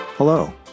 Hello